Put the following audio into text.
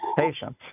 patients